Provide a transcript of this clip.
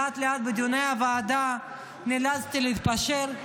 לאט-לאט בדיוני הוועדה נאלצתי להתפשר,